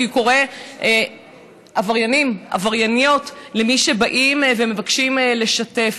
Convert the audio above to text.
כי הוא קורא "עבריינים" ו"עברייניות" למי שמבקשים לשתף.